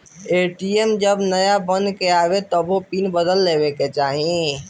ATM जब नाया बन के आवे तबो पिन बदल लेवे के चाही